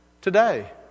today